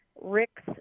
Rick's